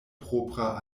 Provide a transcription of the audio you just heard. propra